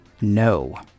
no